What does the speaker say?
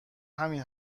همین